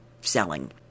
selling